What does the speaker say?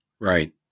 Right